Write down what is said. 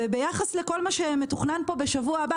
ביחס לכל מה שמתוכנן כאן בשבוע הבא,